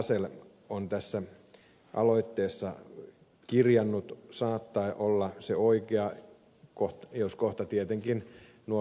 asell on tässä aloitteessa kirjannut saattaa olla se oikea jos kohta on tietenkin nuo ed